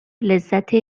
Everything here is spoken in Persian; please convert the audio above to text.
لذت